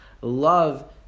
love